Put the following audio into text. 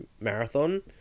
marathon